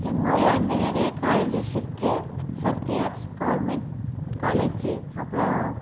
எங்கள் ஊரில் வந்து நிறைய காலேஜஸ் இருக்குது சத்தி ஆர்ட்ஸ் கவர்மெண்ட் காலேஜ் அப்புறோம்